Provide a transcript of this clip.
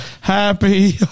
happy